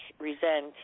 resent